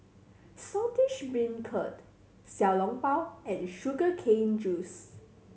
Saltish Beancurd Xiao Long Bao and sugar cane juice